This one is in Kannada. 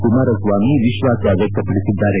ಕುಮಾರಸ್ನಾಮಿ ವಿಶ್ವಾಸ ವ್ಯಕ್ಷಪಡಿಸಿದ್ದಾರೆ